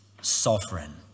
sovereign